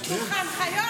נתנו לך הנחיות?